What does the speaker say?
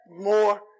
more